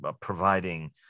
providing